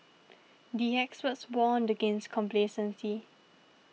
the experts warned against complacency